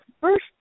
first